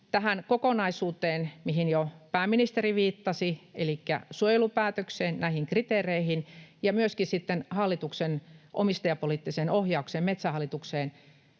tähän kokonaisuuteen, mihin jo pääministeri viittasi, elikkä suojelupäätökseen, näihin kriteereihin. Ja myöskin sitten hallituksen omistajapoliittiseen ohjaukseen Metsähallituksen